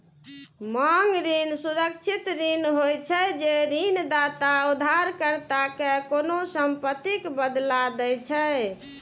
मांग ऋण सुरक्षित ऋण होइ छै, जे ऋणदाता उधारकर्ता कें कोनों संपत्तिक बदला दै छै